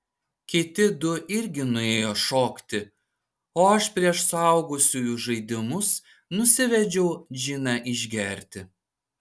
kiti du irgi nuėjo šokti o aš prieš suaugusiųjų žaidimus nusivedžiau džiną išgerti